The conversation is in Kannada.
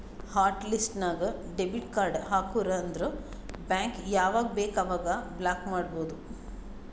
ಹಾಟ್ ಲಿಸ್ಟ್ ನಾಗ್ ಡೆಬಿಟ್ ಕಾರ್ಡ್ ಹಾಕುರ್ ಅಂದುರ್ ಬ್ಯಾಂಕ್ ಯಾವಾಗ ಬೇಕ್ ಅವಾಗ ಬ್ಲಾಕ್ ಮಾಡ್ಬೋದು